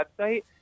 website